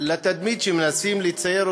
לתדמית שמנסים לצייר,